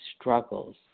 struggles